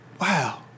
Wow